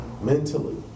mentally